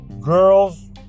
Girls